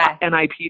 NIP